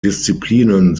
disziplinen